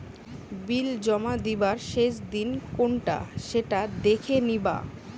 বিল জমা দিবার শেষ দিন কোনটা সেটা দেখে নিবা